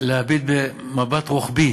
ולהביט במבט רוחבי